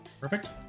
Perfect